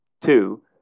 Two